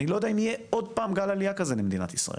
אני לא יודע אם יהיה עוד פעם גל עלייה כזה למדינת ישראל,